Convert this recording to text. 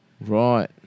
Right